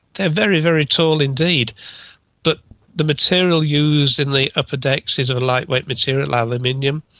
they're very, very tall indeed but the material used in the upper decks is a lightweight material, aluminium,